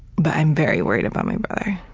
but i'm very worried about my brother.